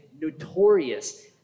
notorious